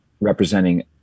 representing